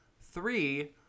Three